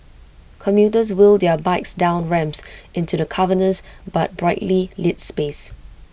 commuters wheel their bikes down ramps into the cavernous but brightly lit space